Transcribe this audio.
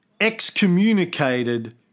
excommunicated